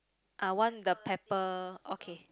ah one the pepper okay